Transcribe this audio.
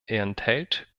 enthält